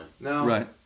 Right